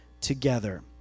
together